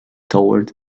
toward